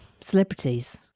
celebrities